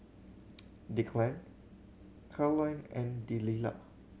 Declan Karolyn and Delilah